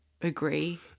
agree